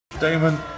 Damon